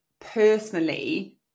personally